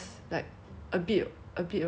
only got like three people die